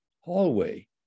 hallway